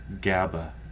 GABA